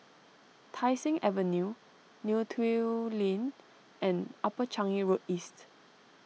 Tai Seng Avenue Neo Tiew Lane and Upper Changi Road East